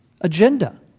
agenda